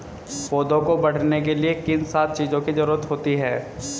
पौधों को बढ़ने के लिए किन सात चीजों की जरूरत होती है?